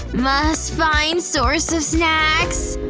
must find source of snacks.